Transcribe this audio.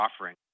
offering